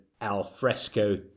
alfresco